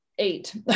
eight